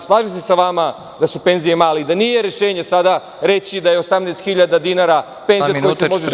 Slažem se sa vama da su penzije male i da nije rešenje sada reći da je 18.000 dinara penzija od koje se može živeti.